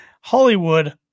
Hollywood